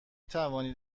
توانید